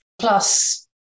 Plus